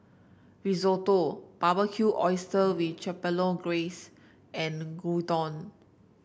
Risotto Barbecued Oysters with Chipotle Glaze and Gyudon